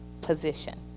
position